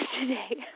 today